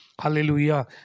Hallelujah